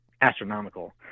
astronomical